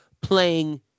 playing